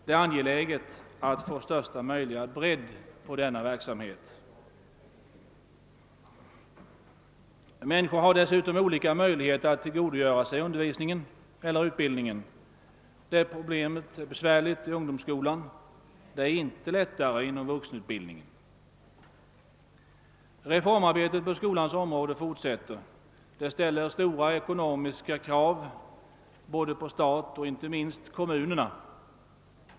Det är angeläget att få största möjliga bredd på denna verksamhet. Människor har dessutom olika stora möjligheter att tillgodogöra sig undervisningen eller utbildningen. Det problemet är besvärligt i ungdomsskolan; det är inte lättare inom vuxenutbildningen. Reformarbetet på skolans område fortsätter. Det ställer stora ekonomiska krav på staten och inte minst på kommunerna.